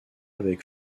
avec